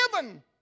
given